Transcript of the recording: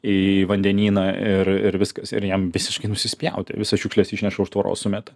į vandenyną ir ir viskas ir jam visiškai nusispjauti visas šiukšles išneša už tvoros sumeta